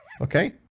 Okay